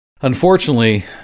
unfortunately